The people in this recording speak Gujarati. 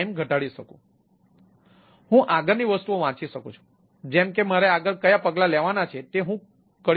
તેથી હું આગળની વસ્તુઓ વાંચી શકું છું જેમ કે મારે આગળ ક્યાં પગલાં લેવાના છે તે હું કરી શકું છું